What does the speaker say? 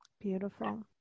Beautiful